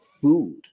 food